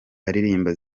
aririmba